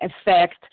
effect